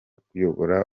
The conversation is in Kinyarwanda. kuyobora